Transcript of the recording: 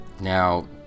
Now